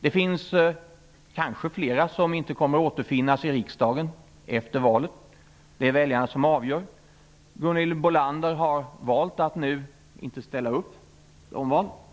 Det finns kanske flera som inte kommer att återfinnas i riksdagen efter valet; det är väljarna som avgör. Gunhild Bolander har valt att inte ställa upp till omval.